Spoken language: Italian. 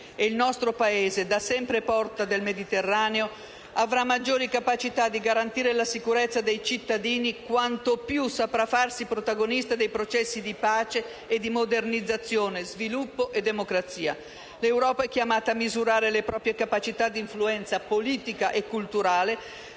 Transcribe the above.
e il nostro Paese, da sempre porta del Mediterraneo, avrà maggiori capacità di garantire la sicurezza dei cittadini quanto più saprà farsi protagonista nei processi di pace e di modernizzazione, sviluppo e democrazia. L'Europa è chiamata a misurare le proprie capacità di influenza politica e culturale